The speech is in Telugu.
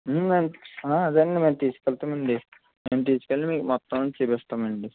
అదేనండి మేము తీసుకెళ్తామండి మేము తీసుకెళ్ళీ మీకు మొత్తమన్నీ చూపిస్తామండి